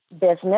business